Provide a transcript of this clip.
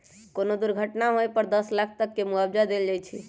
कोनो दुर्घटना होए पर दस लाख तक के मुआवजा देल जाई छई